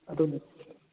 ꯑꯗꯨꯝ